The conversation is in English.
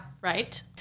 Right